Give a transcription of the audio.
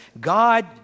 God